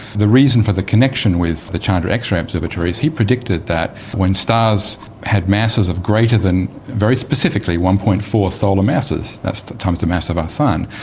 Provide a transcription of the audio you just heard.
the reason for the connection with the chandra x-ray observatory is he predicted that when stars had masses of greater than, very specifically, one. four solar masses, that's times the mass of our sun,